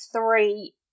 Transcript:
three